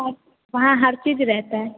और वहाँ हर चीज़ रहती है